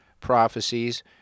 prophecies